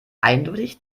eindeutig